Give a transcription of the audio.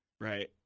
right